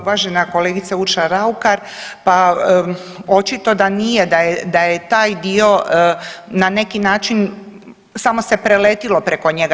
Uvažena kolegice Urša Raukar, pa očito da nije da je taj dio na neki način samo se preletilo preko njega.